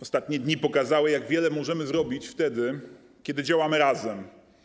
Ostatnie dni pokazały, jak wiele możemy zrobić wtedy, kiedy działamy razem.